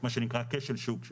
מה שנקרא כשל שוק,